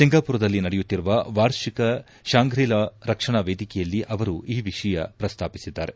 ಸಿಂಗಾಮರದಲ್ಲಿ ನಡೆಯುತ್ತಿರುವ ವಾರ್ಷಿಕ Shangri La ರಕ್ಷಣಾ ವೇದಿಕೆಯಲ್ಲಿ ಅವರು ಈ ವಿಷಯ ಪ್ರಸ್ತಾಪಿಸಿದ್ದಾರೆ